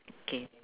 K